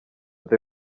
the